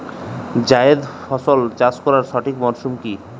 জায়েদ ফসল চাষ করার সঠিক মরশুম কি?